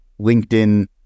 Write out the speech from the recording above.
LinkedIn